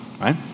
right